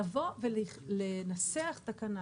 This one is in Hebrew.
לבוא ולנסח תקנה